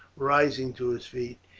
rising to his feet.